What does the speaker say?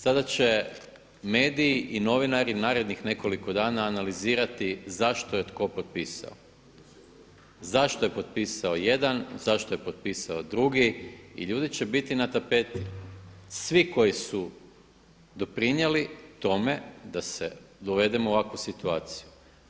Sada će mediji i novinari narednih nekoliko dana analizirati zašto je tko popisao, zašto je potpisao jedan, zašto je potpisao drugi i ljudi će biti na tapeti, svi koji su doprinijeli tome da se dovedemo u ovakvu situaciju.